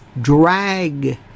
drag